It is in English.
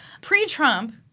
Pre-Trump